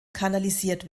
kanalisiert